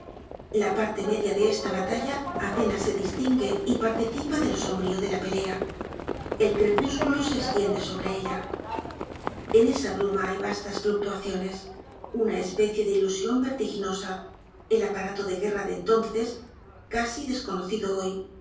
la parte media de esta batalla apenas se distingue y participa de lo sombrío de la pelea el crepúsculo se estiende sobre ella en esa bruma hay vastas fluctuaciones una especie de ilusion vertiginosa el aparato de guerra de entonces casi desconocido hoy